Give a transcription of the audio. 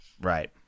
Right